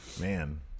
Man